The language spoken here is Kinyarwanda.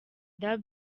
www